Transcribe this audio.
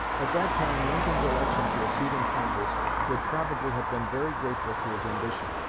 at that time lincoln's election to a seat in congress would probably have been very grateful to his ambition,